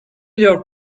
your